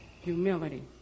humility